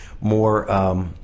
more